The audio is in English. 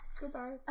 Goodbye